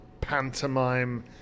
pantomime